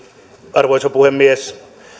arvoisa puhemies